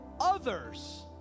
others